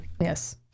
Yes